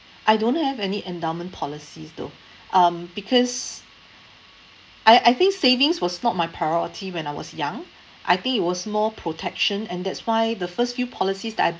I don't have any endowment policies though um because I I think savings was not my priority when I was young I think it was more protection and that's why the first few policies that I